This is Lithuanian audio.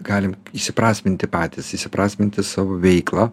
galim įsiprasminti patys įprasminti savo veiklą